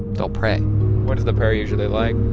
they'll pray what is the prayer usually like?